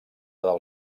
del